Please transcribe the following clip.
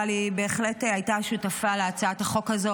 אבל היא בהחלט הייתה שותפה להצעת החוק הזו,